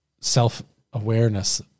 self-awareness